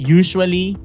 usually